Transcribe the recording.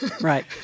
Right